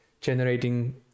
generating